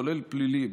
כולל פלילי,